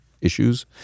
issues